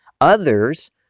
others